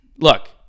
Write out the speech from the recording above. Look